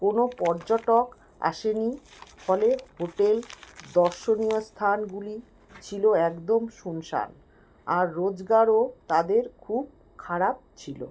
কোনো পর্যটক আসে নি ফলে হোটেল দর্শনীয় স্থানগুলি ছিলো একদম শুনসান আর রোজগারও তাদের খুব খারাপ ছিলো